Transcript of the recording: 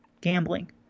gambling